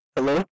Hello